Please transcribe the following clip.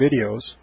videos